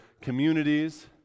communities